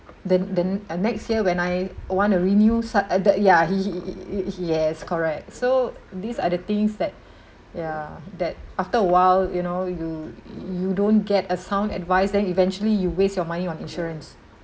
the the uh next year when I wanna renew sa~ uh the yeah he he he yes correct so these are the things that yeah that after awhile you know you you don't get a sound advice then eventually you waste your money on insurance